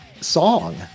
song